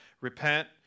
repent